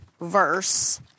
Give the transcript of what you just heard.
verse